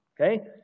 Okay